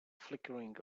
flickering